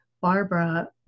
Barbara